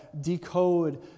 decode